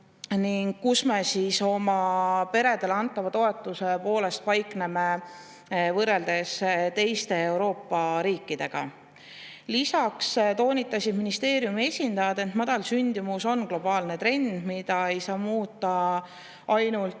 kus me oma peredele antava toetuse poolest paikneme teiste Euroopa riikidega võrreldes. Lisaks toonitasid ministeeriumi esindajad, et madal sündimus on globaalne trend, mida ei saa muuta ainult